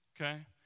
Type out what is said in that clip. okay